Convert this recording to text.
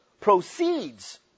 proceeds